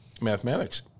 mathematics